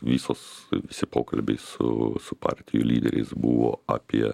visos visi pokalbiai su su partijų lyderiais buvo apie